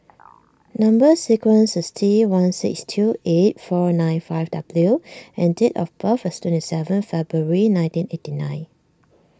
Number Sequence is T one six two eight four nine five W and date of birth is twenty seven February nineteen eighty nine